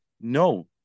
no